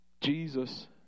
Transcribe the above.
Jesus